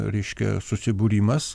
reiškia susibūrimas